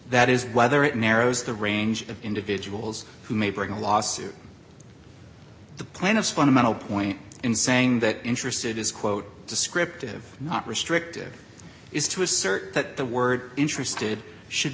that is whether it narrows the range of individuals who may bring a lawsuit the plaintiff fundamental point in saying that interested is quote descriptive not restrictive is to assert that the word interested should